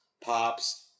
Pops